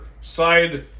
side